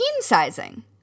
sizing